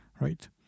right